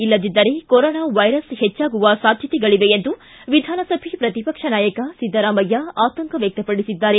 ಇಲ್ಲದಿದ್ದರೆ corona virus ಹೆಚ್ಚಾಗುವ ಸಾಧ್ಯತೆಗಳಿವೆ ಎಂದು ವಿಧಾನಸಭೆ ಪ್ರತಿಪಕ್ಷ ನಾಯಕ ಸಿದ್ದರಾಮಯ್ಯ ಆತಂಕ ವ್ಯಕ್ತಪಡಿಸಿದ್ದಾರೆ